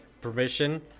permission